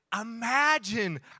imagine